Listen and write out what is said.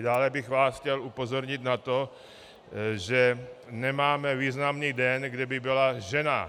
Dále bych vás chtěl upozornit na to, že nemáme významný den, kde by byla žena.